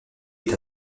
est